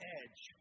edge